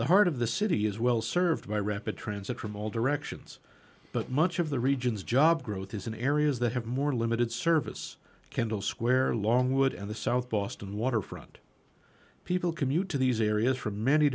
the heart of the city as well served by rapid transit from all directions but much of the region's job growth is in areas that have more limited service kendall square longwood and the south boston waterfront people commute to these areas from many